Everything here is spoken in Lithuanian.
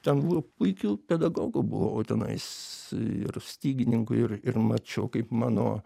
ten buvo puikių pedagogų buvo o tenais ir stygininkų ir ir mačiau kaip mano